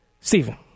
Stephen